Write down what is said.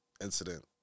incident